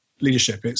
leadership